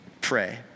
pray